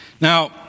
Now